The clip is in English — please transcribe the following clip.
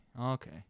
okay